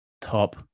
top